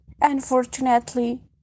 Unfortunately